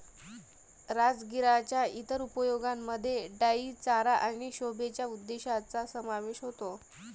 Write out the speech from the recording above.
राजगिराच्या इतर उपयोगांमध्ये डाई चारा आणि शोभेच्या उद्देशांचा समावेश होतो